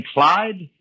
Clyde